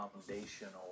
foundational